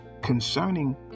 concerning